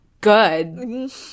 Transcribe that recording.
good